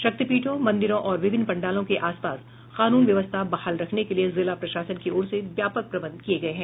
शक्तिपीठों मंदिरों और विभिन्न पंडालों के आस पास कानून व्यवस्था बहाल रखने के लिए जिला प्रशासन की ओर से व्यापक प्रबंध किये गये हैं